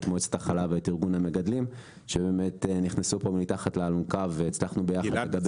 את מועצת החלב ואת ארגון המגדלים שנכנסו מתחת לאלונקה והצלחנו ביחד לגבש